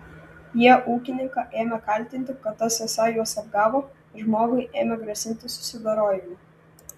jie ūkininką ėmė kaltinti kad tas esą juos apgavo ir žmogui ėmė grasinti susidorojimu